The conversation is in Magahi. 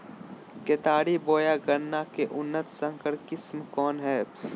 केतारी बोया गन्ना के उन्नत संकर किस्म कौन है?